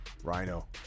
Rhino